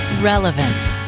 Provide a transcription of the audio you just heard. Relevant